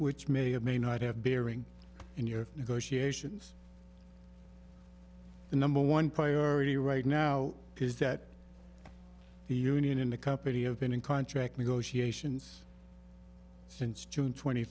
which may or may not have bearing in your negotiations the number one priority right now is that the union in the company have been in contract negotiations since june twenty